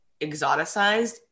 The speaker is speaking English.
exoticized